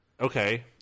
okay